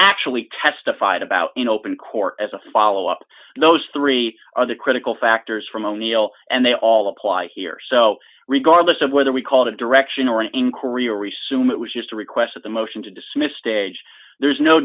actually testified about in open court as a follow up those three are the critical factors from o'neill and they all apply here so regardless of whether we call that direction or an inquiry sume it was just a request of the motion to dismiss stage there's no